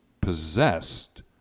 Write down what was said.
possessed